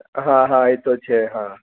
હા હા એ તો છે હા